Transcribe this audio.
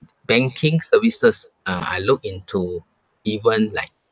banking services uh I look into even like